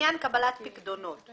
לעניין קבלת פיקדונות.